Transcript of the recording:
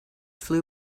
flew